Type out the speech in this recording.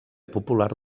popular